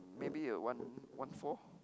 maybe a one one four